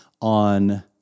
On